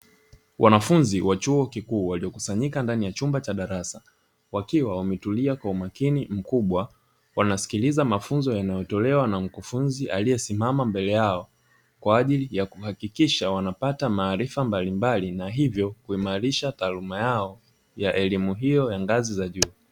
Wanafunzi wa chuo kikuu waliokusanyika ndani ya chumba cha darasa, wakiwa wametulia kwa umakini mkubwa wanasikiliza mafunzo yanayotolewa na mkufunzi aliyesimama mbele yao; kwa ajili ya kuhakikisha wanapata maarifa mbalimbali na hivyo kuimarisha taaluma yao ya elimu hiyo ya ngazi za juu.